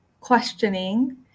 questioning